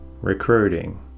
Recruiting